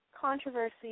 controversy